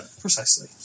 Precisely